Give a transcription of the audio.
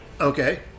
Okay